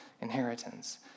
inheritance